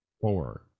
Four